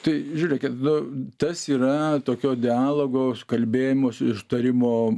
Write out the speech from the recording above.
tai žiūrėkit nu tas yra tokio dialogo kalbėjimosi ir tarimo